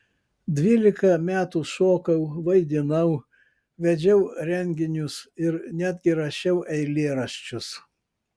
dvylika metų šokau vaidinau vedžiau renginius ir netgi rašiau eilėraščius